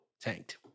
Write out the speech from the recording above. tanked